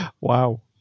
Wow